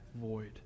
void